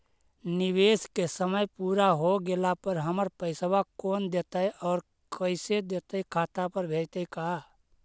निवेश के समय पुरा हो गेला पर हमर पैसबा कोन देतै और कैसे देतै खाता पर भेजतै का?